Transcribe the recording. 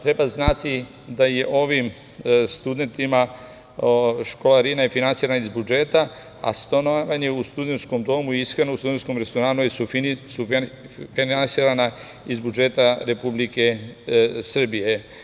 Treba znati da je ovim studentima školarina finansira iz budžeta, a stanovanje u studentskom domu i ishrana u studentskom restoranu je sufinansirana iz budžeta Republike Srbije.